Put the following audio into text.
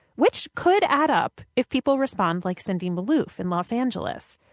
which could add up, if people respond like cindy malouf in los angeles.